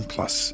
Plus